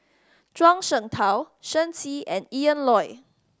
Zhuang Shengtao Shen Xi and Ian Loy